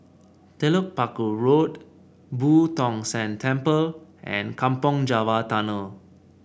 Telok Paku Road Boo Tong San Temple and Kampong Java Tunnel